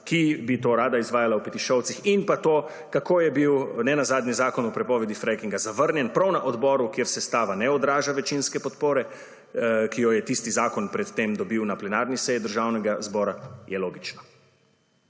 ki bi to rada izvajala v Petišovcih in pa to kako je bil nenazadnje zakon o prepovedi frackinga zavrnjen prav na odboru kjer sestava ne odraža večinske podpore, ki jo je tisti zakon pred tem dobil na plenarni seji Državnega zbora, je logično.